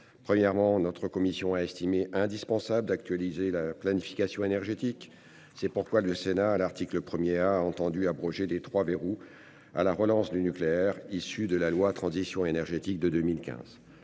premièrement. Notre commission a estimé indispensable d'actualiser la planification énergétique, c'est pourquoi le Sénat à l'article 1er a entendu abroger les 3 verrou à la relance du nucléaire issu de la loi, transition énergétique de 2015.